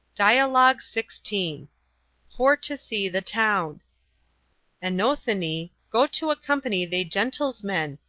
dialogue sixteen for to see the town anothony, go to accompany they gentilsmen,